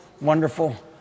wonderful